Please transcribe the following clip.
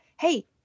Hey